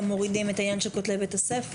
מורידים את העניין של כותלי בית הספר.